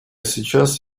сейчас